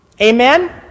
Amen